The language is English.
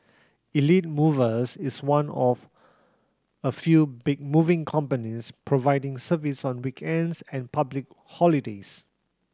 Elite Movers is one of a few big moving companies providing service on weekends and public holidays